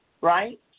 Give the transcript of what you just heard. right